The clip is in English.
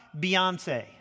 Beyonce